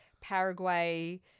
Paraguay